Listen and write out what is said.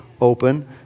open